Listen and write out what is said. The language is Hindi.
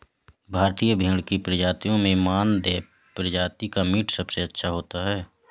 भारतीय भेड़ की प्रजातियों में मानदेय प्रजाति का मीट सबसे अच्छा होता है